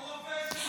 אותו רופא שנרצח.